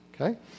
okay